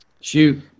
Shoot